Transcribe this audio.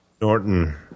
Norton